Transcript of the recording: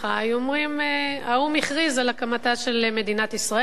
היו אומרים: האו"ם הכריז על הקמתה של מדינת ישראל,